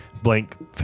blank